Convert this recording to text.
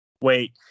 wait